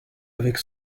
avec